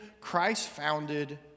Christ-founded